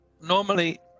normally